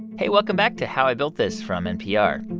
hey, welcome back to how i built this from npr.